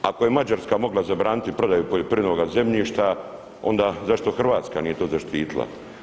Ako je Mađarska mogla zabraniti prodaju poljoprivrednoga zemljišta onda zašto Hrvatska nije to zaštita.